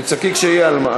תצעקי כשיהיה על מה.